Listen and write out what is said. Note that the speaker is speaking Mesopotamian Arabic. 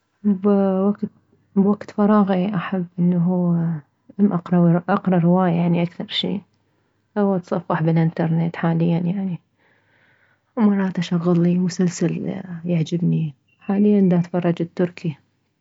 بوكت فراغي احب انه اقره اقره رواية يعني اكثر شي او اتصفح بالانترنت حاليا يعني ومرات اشغلي مسلسل يعجبني حاليا داتفرج التركي